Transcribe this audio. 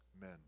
men